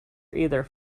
either